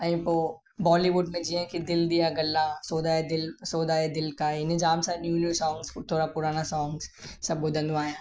ऐं पोइ बॉलीवुड में जीअं की दिलि दियां गल्लां सोदाए दिलि सौदा ए दिलि का इन जाम सारा न्यू न्यू सोंग्स पोइ थोरा पुराणा सोंग्स सभु ॿुधंदो आहियां